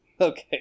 Okay